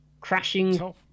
crashing